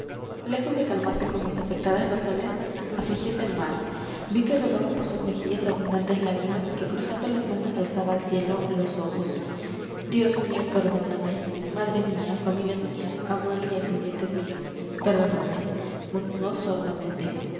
lejos de calmarse con mis afectadas razones afligiose más vi que rodaban por sus mejillas abundantes lágrimas y que cruzando las manos alzaba al cielo los ojos dios mío perdóname madre mía familia mía abuelos y ascendientes míos perdonadme